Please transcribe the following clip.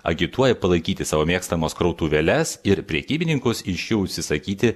agituoja palaikyti savo mėgstamas krautuvėles ir prekybininkus iš jų užsisakyti